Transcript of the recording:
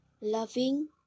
loving